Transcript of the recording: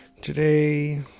Today